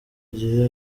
gihe